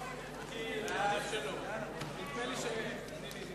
והיא תחליט לאן להעביר את הצעת החוק.